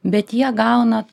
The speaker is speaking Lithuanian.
bet jie gauna